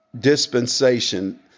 dispensation